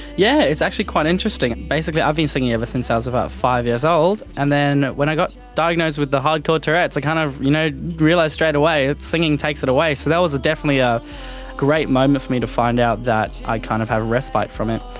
yeah, it's actually quite interesting. basically i've been singing ever since i was about five years old, and then when i got diagnosed with the hard-core tourette's i kind of you know realised straightaway that singing takes it away, so that was definitely a great moment for me, to find out that i kind of have a respite from it.